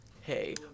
Hey